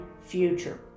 future